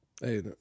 Hey